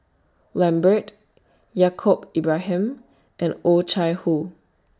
Lambert Yaacob Ibrahim and Oh Chai Hoo